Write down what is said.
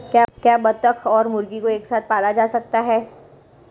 क्या बत्तख और मुर्गी को एक साथ पाला जा सकता है?